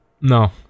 No